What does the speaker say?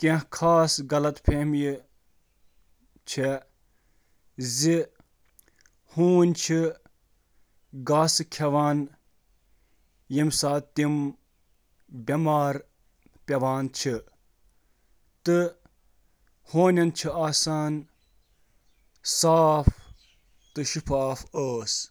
شاہ چھِ نِوان تہٕ زِنٛدٕ جوان چھِ زٮ۪وان۔ تِم چھِ سمٲجی طور ہنرمند، ذہین، چست، خوشی تہٕ چنچل آسان۔